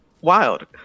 wild